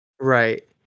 Right